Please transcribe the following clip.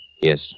Yes